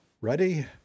Ready